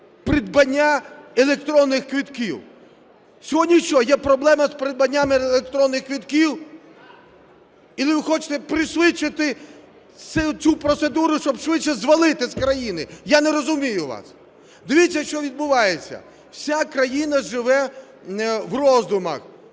придбання електронних квитків? Сьогодні що, є проблема з придбанням електронних квитків і ви хочете пришвидшити цю процедуру, щоб швидше звалити к країни? Я не розумію вас. Дивіться, що відбувається. Вся країна живе в роздумах: